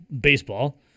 baseball